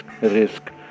risk